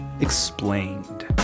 explained